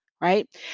right